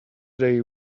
they